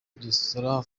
resitora